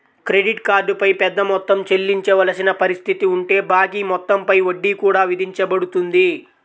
credit card పై పెద్ద మొత్తం చెల్లించవలసిన పరిస్థితి ఉంటే బాకీ మొత్తం పై వడ్డీ కూడా విధించబడుతుంది